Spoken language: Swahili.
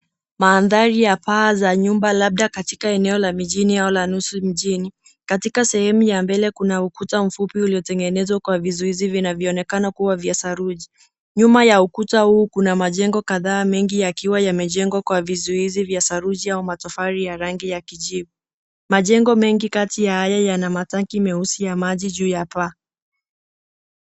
Mandhari ya paa za nyumba labda katika eneo la mijini au la nusu mjini. Katika sehemu ya mbele kuna ukuta mfupi uliotengenezwa kwa vizuizi vinavyoonekana kuwa ya saruji. Nyuma ya ukuta huu kuna majengo kadhaa mengi yakiwa yamejengwa kwa vizuizi vya saruji au kwa matofali ya rangi ya kijivu. Majengo mengi kati ya haya yana matanki ya rangi ya meusi juu ya paa.